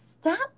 Stop